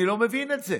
אני לא מבין את זה.